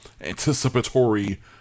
anticipatory